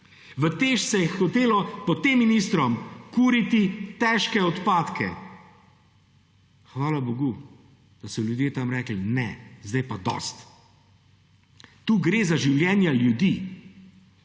V TEŠ se je hotelo pod tem ministrom kuriti težke odpadke. Hvala bogu, da so ljudje tam rekli: ne, zdaj je pa dosti! Tu gre za življenja ljudi.